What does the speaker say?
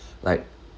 like